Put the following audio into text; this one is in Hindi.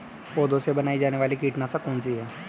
पौधों से बनाई जाने वाली कीटनाशक कौन सी है?